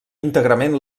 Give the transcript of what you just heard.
íntegrament